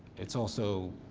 it's also